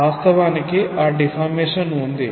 వాస్తవానికి ఆ డీఫార్మేషన్ ఉంది